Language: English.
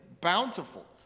bountiful